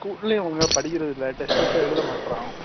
ஸ்கூல்லேயும் ஒழுங்காக படிக்கிறது இல்லை டெஸ்ட் வச்சால் எழுத மாட்டறான்